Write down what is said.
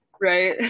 Right